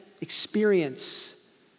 experience